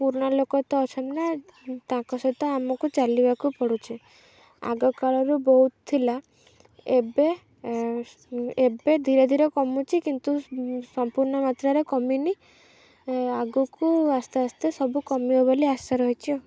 ପୁରୁଣା ଲୋକ ତ ଅଛନ୍ତି ନା ତାଙ୍କ ସହିତ ଆମକୁ ଚାଲିବାକୁ ପଡ଼ୁଛି ଆଗ କାଳରୁ ବହୁତ ଥିଲା ଏବେ ଏବେ ଧୀରେ ଧୀରେ କମୁଛି କିନ୍ତୁ ସମ୍ପୂର୍ଣ୍ଣ ମାତ୍ରାରେ କମିନି ଆଗକୁ ଆସ୍ତେ ଆସ୍ତେ ସବୁ କମିବ ବୋଲି ଆଶା ରହିଛି ଆଉ